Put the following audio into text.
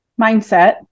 mindset